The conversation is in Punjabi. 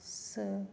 ਸ